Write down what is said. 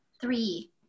Three